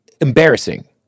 embarrassing